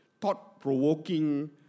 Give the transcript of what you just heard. thought-provoking